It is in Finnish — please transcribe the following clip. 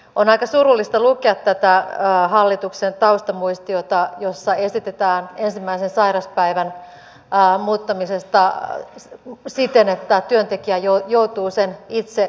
on aika surullista lukea tätä hallituksen taustamuistiota jossa esitetään ensimmäisen sairauspäivän muuttamista siten että työntekijä joutuu sen itse maksamaan